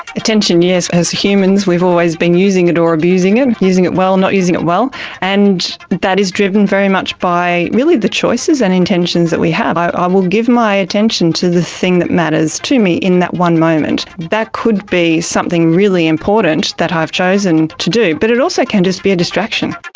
attention, yes, as humans we have always been using it or abusing it, using it well, not using it well. and that is driven very much by really the choices and intentions that we have. i um will give my attention to the thing that matters to me in that one moment. that could be something really important that i've chosen to do, but it also can just be a distraction.